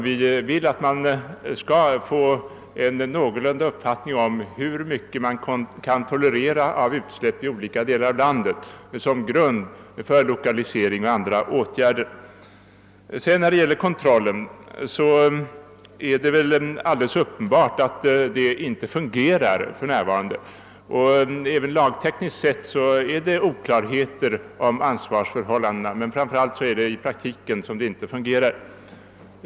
Vi vill att man skall få en någorlunda god uppfattning om hur mycket som kan tolereras av utsläpp i olika delar av landet med tanke på lokalisering och andra åtgärder. Vad beträffar kontrollen är det alldeles uppenbart att den inte fungerar för närvarande. Även lagtekniskt sett förefinns oklarheter i fråga om ansvarsförhållandena. Det är alltså i praktiken som det inte fungerar.